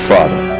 Father